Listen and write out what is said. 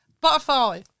butterfly